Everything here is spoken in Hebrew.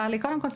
קודם כל,